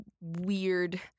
weird